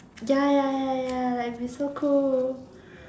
ya ya ya ya like it will be so cool